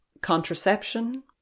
Contraception